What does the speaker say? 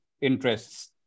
interests